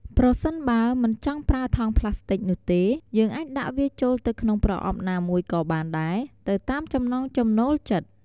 ប្រសិនបើ មិនចង់ប្រើថង់ប្លាស្ទិចនោះទេ យើងអាចដាក់វាចូលទៅក្នុងប្រអប់ណាមួយក៏បានដែរ ទៅតាមចំណង់ចំណូលចិត្ត។